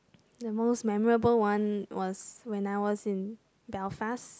the most memorable one was when I was in Belfast